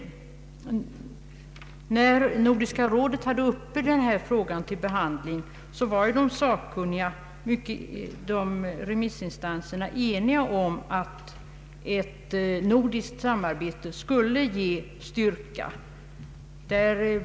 När Nordiska rådet hade denna fråga uppe till behandling var remissinstanserna eniga om att ett nordiskt samarbete skulle ge styrka.